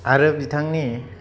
आरो बिथांनि